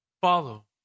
follow